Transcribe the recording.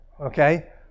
Okay